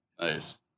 Nice